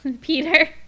Peter